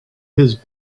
his